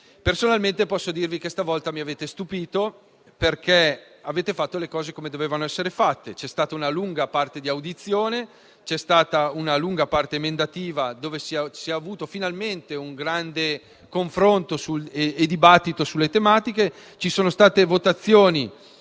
Personalmente, posso dirvi che stavolta mi avete stupito, perché avete fatto le cose come dovevano essere fatte. C'è stata una lunga parte di audizioni, c'è stata una lunga parte emendativa, dove si è avuto, finalmente, un grande confronto e un dibattito sulle tematiche. Ci sono state votazioni